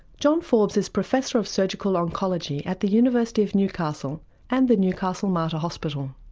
john forbes is professor of surgical oncology at the university of newcastle and the newcastle mater hospital.